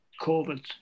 COVID